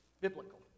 biblical